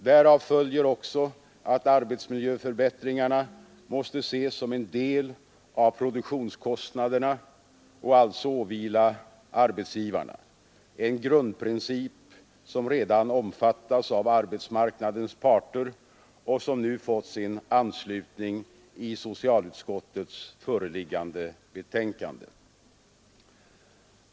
Därav följer också att arbetsmiljöförbättringarna måste ses som en del av produktionskostnaderna och alltså åvila arbetsgivarna — en grundprincip som redan omfattas av arbetsmarknadens parter och som nu fått sin anslutning i socialutskottets föreliggande betänkande.